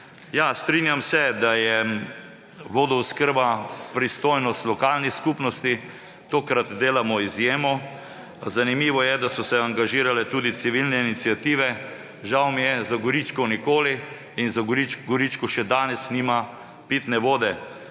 Ja, strinjam se, da je vodooskrba pristojnost lokalnih skupnosti. Tokrat delamo izjemo. Zanimivo je, da so se angažirale tudi civilne iniciative. Žal mi je za Goričko; nikoli ni imelo in Goričko še danes nima pitne vode.